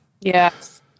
Yes